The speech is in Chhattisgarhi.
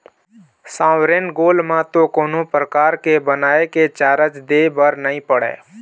सॉवरेन गोल्ड म तो कोनो परकार के बनाए के चारज दे बर नइ पड़य